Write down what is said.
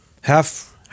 Half